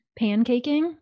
pancaking